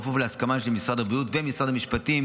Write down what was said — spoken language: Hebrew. בכפוף להסכמה של משרד הבריאות ומשרד המשפטים